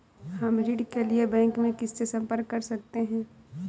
हम ऋण के लिए बैंक में किससे संपर्क कर सकते हैं?